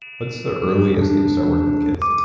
what's the earliest that you start working with kids?